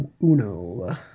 uno